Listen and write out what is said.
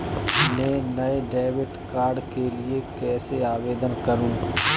मैं नए debit card के लिए कैसे आवेदन करूं?